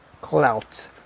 clout